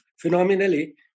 phenomenally